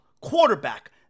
quarterback